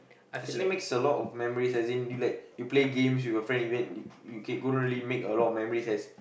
actually makes a lot memories as in you like you play games with your friend even y~ you can go really make a lot of memories as